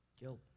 guilt